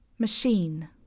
Machine